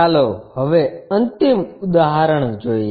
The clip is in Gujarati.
ચાલો હવે અંતિમ ઉદાહરણ જોઈએ